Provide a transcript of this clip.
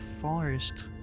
forest